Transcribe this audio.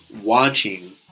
watching